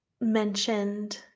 mentioned